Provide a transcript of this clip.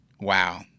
Wow